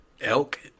Elk